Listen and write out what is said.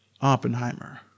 Oppenheimer